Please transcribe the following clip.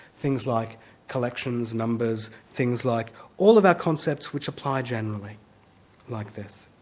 things like collections, numbers things like all of our concepts which apply generally like this.